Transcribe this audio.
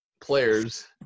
players